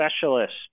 specialist